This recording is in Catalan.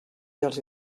dels